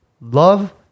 Love